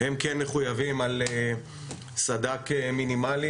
הם כן מחויבים על סד"כ מינימלי